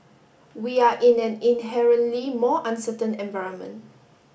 we are in an inherently more uncertain environment